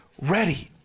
ready